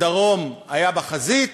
הדרום היה בחזית,